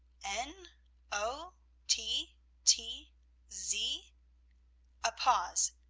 n o t t z a pause.